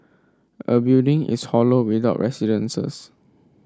a building is hollow without residents